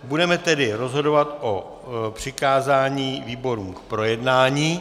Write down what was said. Budeme tedy rozhodovat o přikázání výborům k projednání.